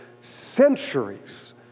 centuries